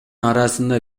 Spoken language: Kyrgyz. арасында